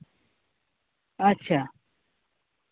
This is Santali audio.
ᱟᱪᱪᱷᱟ